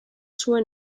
zuen